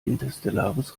interstellares